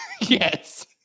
Yes